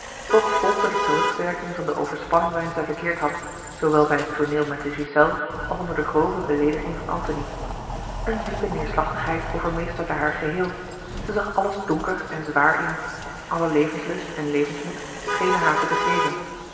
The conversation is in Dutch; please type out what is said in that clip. toch volgde de terugwerking van de overspanning waarin zij verkeerd had zoowel bij het tooneel met de ghiselles als onder de grove beleediging van antony eene diepe neêrslachtigheid overmeesterde haar geheel zij zag alles donker en zwaar in alle levenslust en levensmoed schenen haar te begeven